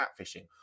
catfishing